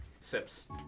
sips